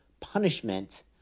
punishment